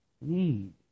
need